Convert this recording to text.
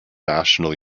national